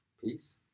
peace